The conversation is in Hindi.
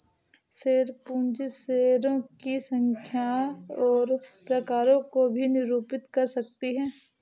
शेयर पूंजी शेयरों की संख्या और प्रकारों को भी निरूपित कर सकती है